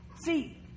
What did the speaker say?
See